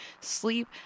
sleep